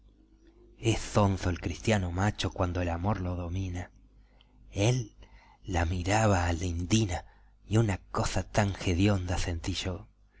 es zonzo el cristiano macho cuando el amor lo domina él la miraba a la indina y una cosa tan jedionda sentí yo